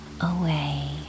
away